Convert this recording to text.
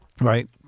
right